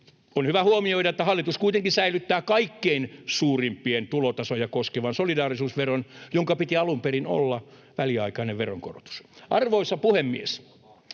on hyvä huomioida, että hallitus kuitenkin säilyttää kaikkein suurimpia tulotasoja koskevan solidaarisuusveron, jonka piti alun perin olla väliaikainen veronkorotus. Arvoisa puhemies!